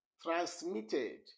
transmitted